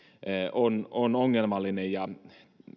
on on ongelmallinen ja